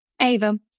Ava